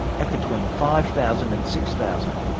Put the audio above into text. at between five thousand and six thousand.